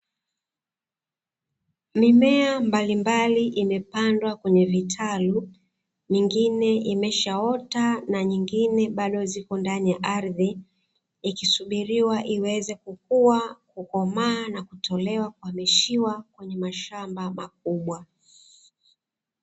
Mimea mbalimbali imepandwa kwenye vitalu, mingine imeshaota na mingine bado iko ndani ya ardhi; ikisubiriwa iweze kukua, kukomaa na kutolewa kuhamishiwa kwenye mashamba makubwa.